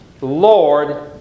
Lord